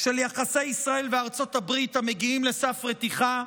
של יחסי ישראל וארצות הברית המגיעים לסף רתיחה,